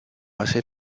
hace